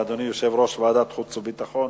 אדוני יושב-ראש ועדת חוץ וביטחון,